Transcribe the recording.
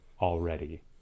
already